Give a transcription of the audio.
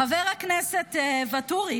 חבר הכנסת ואטורי,